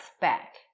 back